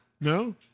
No